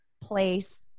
place